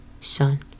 son